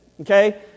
Okay